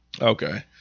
Okay